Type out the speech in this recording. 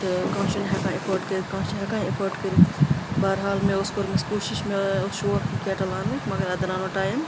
تہٕ کانٛہہ چھُنہٕ ہٮ۪کان ایٚفٲرڈ کٔرِتھ کانٛہہ چھِ ہٮ۪کان ایٚفٲرڈ کٔرِتھ بحرحال مےٚ ٲس کٔرمٕژ کوٗشِش مےٚ اوس شوق یہِ کیٹٕل اَننٕچ مگر اَتھ درٛاو نہٕ ٹایم